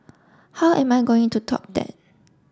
how am I going to top that